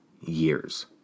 years